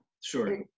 Sure